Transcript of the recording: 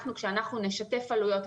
כאשר אנחנו נשתף עלויות,